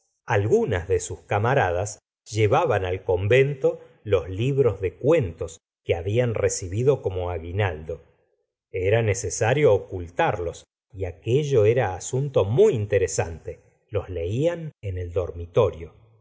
algunas de sus camaradas llevaban al convento los libros de cuentos que habían recibido como aguinaldo era necesario ocultarlos y aquello era asunto muy interesante los leían en el dormitorio